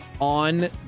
On